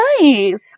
nice